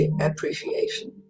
appreciation